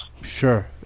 Sure